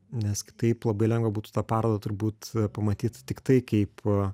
nes kitaip labai lengva būtų tą parodą turbūt pamatyt tiktai kaip